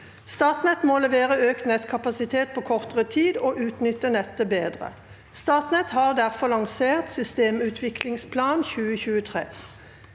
Statnett må levere økt nettkapasitet på kortere tid, og utnytte nettet bedre. Statnett har derfor lansert System- utviklingsplan 2023.